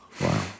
Wow